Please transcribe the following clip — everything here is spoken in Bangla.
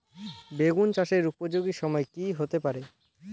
বেগুন চাষের উপযোগী সময় কি হতে পারে?